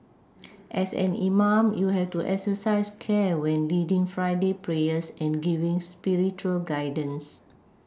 as an imam you have to exercise care when leading Friday prayers and giving spiritual guidance